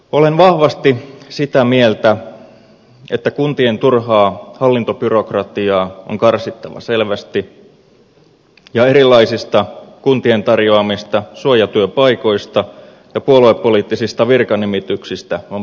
olen vahvasti sitä mieltä että kuntien turhaa hallintobyrokratiaa on karsittava selvästi ja erilaisista kuntien tarjoamista suojatyöpaikoista ja puoluepoliittisista virkanimityksistä on päästävä eroon